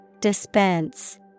Dispense